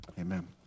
Amen